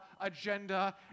agenda